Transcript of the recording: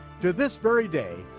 to this very day,